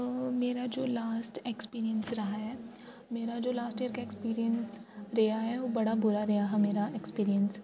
मेरा जो last experience रहा ऐ मेरा जो लास्ट इक ऐक्सपीरियंस रेहा ऐ ओह् बड़ा बुरा रेहा मेरा ऐक्सपीरियंस